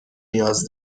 نیاز